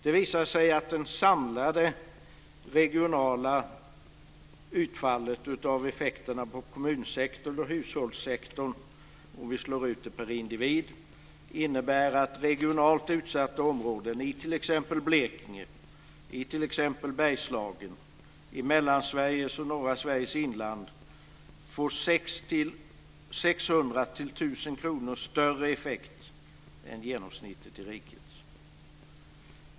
Det visar sig att det samlade regionala utfallet av effekterna på kommunsektorn och hushållssektorn, om vi slår ut det per individ, innebär att regionalt utsatta områden i t.ex. Blekinge, Bergslagen, Mellansveriges och norra Sveriges inland får 600-1 000 kr större effekt än genomsnittet i riket.